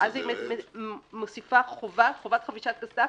מוסיפה חובת חבישת קסדה,